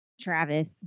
Travis